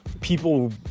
people